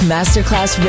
Masterclass